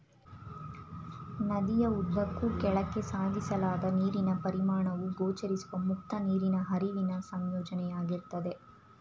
ನದಿಯ ಉದ್ದಕ್ಕೂ ಕೆಳಕ್ಕೆ ಸಾಗಿಸಲಾದ ನೀರಿನ ಪರಿಮಾಣವು ಗೋಚರಿಸುವ ಮುಕ್ತ ನೀರಿನ ಹರಿವಿನ ಸಂಯೋಜನೆಯಾಗಿರ್ತದೆ